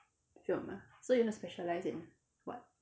film ah so you want to specialise in what